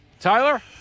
Tyler